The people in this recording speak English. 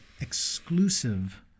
exclusive